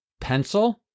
pencil